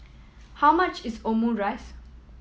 how much is Omurice